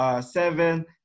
Seven